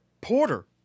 porter